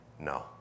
No